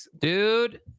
Dude